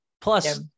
Plus